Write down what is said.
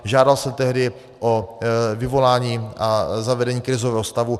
Žádal jsem tehdy o vyvolání a zavedení krizového stavu.